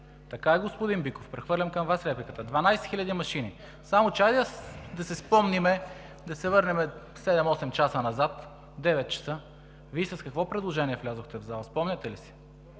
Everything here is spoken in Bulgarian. Така е, господин Биков, прехвърлям към Вас репликата – 12 000 машини. Хайде обаче да си спомним и да се върнем 7-8 часа назад, в 9,00 часа. Вие с какво предложение влязохте в залата, спомняте ли си?